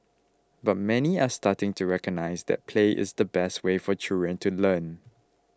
but many are starting to recognise that play is the best way for children to learn